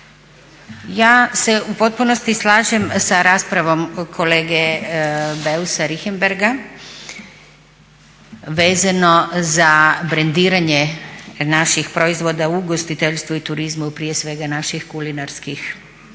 Ja se u potpunosti slažem sa raspravom kolege Beusa Richembergha vezano za brendiranje naših proizvoda u ugostiteljstvu i turizmu, prije svega naših kulinarskih kapaciteta.